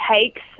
takes